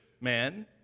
man